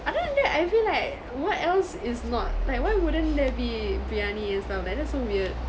other than that I feel like what else is not like why wouldn't there be biryani and stuff like that's so weird